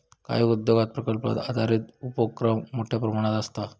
काही उद्योगांत प्रकल्प आधारित उपोक्रम मोठ्यो प्रमाणावर आसता